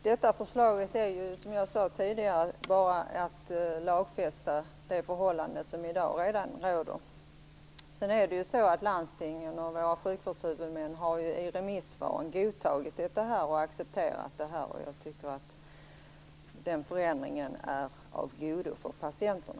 Fru talman! Förslaget gäller ju bara - som jag tidigare sade - att man skall lagfästa det förhållande som i dag redan råder. Landstingen och sjukvårdshuvudmännen har ju också i sina remissvar accepterat detta. Jag anser att denna förändring är av godo för patienterna.